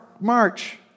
march